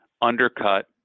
undercut